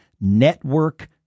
network